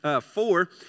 Four